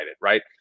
right